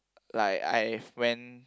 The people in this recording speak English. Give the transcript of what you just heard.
like I've went